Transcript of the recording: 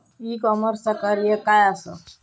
E कॉमर्सचा कार्य काय असा?